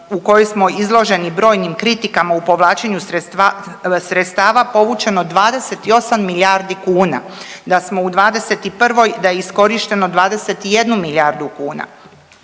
u kojoj smo izloženi brojnim kritikama u povlačenju sredstava, povučeno 28 milijardi kuna. Da smo u '21. da je iskorišteno 21 milijardu kuna.